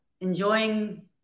enjoying